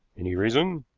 any reason?